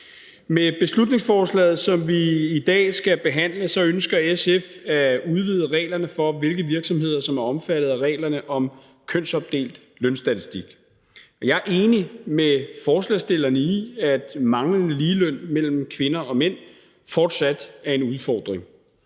Med beslutningsforslaget, som vi i dag skal behandle, ønsker SF at udvide reglerne for, hvilke virksomheder der er omfattet af reglerne om kønsopdelt lønstatistik. Jeg er enig med forslagsstillerne i, at manglende ligeløn mellem kvinder og mænd fortsat er en udfordring.